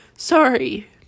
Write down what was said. Sorry